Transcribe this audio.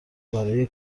برای